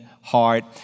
heart